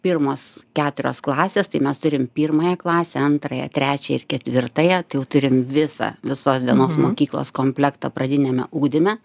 pirmos keturios klasės tai mes turim pirmąją klasę antrąją trečiąją ir ketvirtąją tai jau turim visą visos dienos mokyklos komplektą pradiniame ugdyme